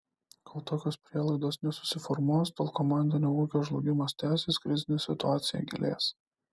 kol tokios prielaidos nesusiformuos tol komandinio ūkio žlugimas tęsis krizinė situacija gilės